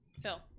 Phil